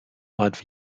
ort